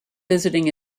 visiting